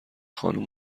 خانم